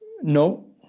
No